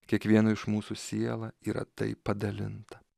kiekvieno iš mūsų siela yra taip padalinta